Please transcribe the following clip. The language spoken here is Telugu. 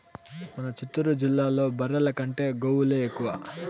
మన చిత్తూరు జిల్లాలో బర్రెల కంటే గోవులే ఎక్కువ